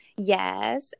Yes